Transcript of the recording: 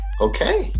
Okay